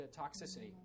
toxicity